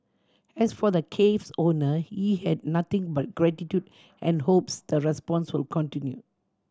as for the cafe's owner he had nothing but gratitude and hopes the response will continue